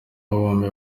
bombi